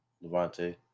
Levante